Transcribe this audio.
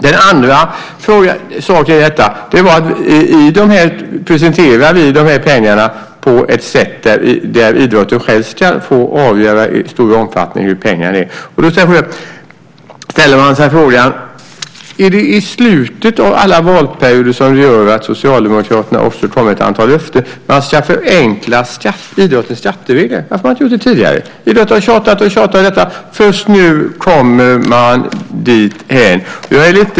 Den andra saken är att vi presenterar de pengarna på ett sätt så att idrotten själv ska få avgöra i stor omfattning. Man ställer sig frågan: Är det slutet av alla valperioder som gör att Socialdemokraterna kommer med ett antal löften? Man ska förenkla idrottens skatteregler. Varför har man inte gjort det tidigare? Vi har tjatat och tjatat om detta, och först nu kommer man dithän.